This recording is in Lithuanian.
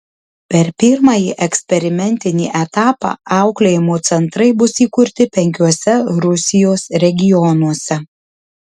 per pirmąjį eksperimentinį etapą auklėjimo centrai bus įkurti penkiuose rusijos regionuose